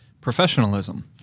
professionalism